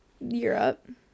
Europe